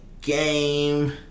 game